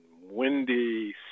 windy